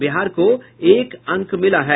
बिहार को एक अंक मिला है